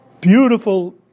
beautiful